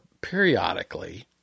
periodically